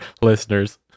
listeners